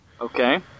Okay